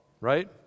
Right